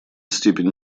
степень